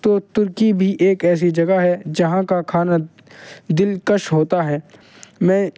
تو ترکی بھی ایک ایسی جگہ ہے جہاں کا کھانا دلکش ہوتا ہے میں